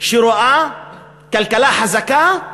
שרואה כלכלה חזקה,